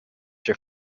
your